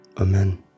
Amen